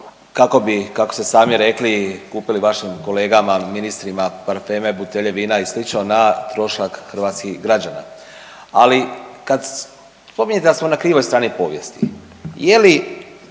kako bi, kako ste sami rekli, kupili vašim kolegama ministrima parfeme, butelje vina i sl. na trošak hrvatskih građana. Ali, kad spominjete da smo na krivoj strani povijesti, je li,